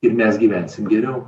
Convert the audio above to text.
ir mes gyvensim geriau